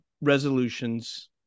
resolutions